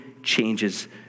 changes